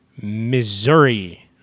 Missouri